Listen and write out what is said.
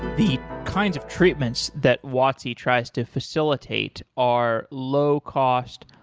the kinds of treatments that watsi tries to facilitate are low cost,